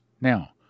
Now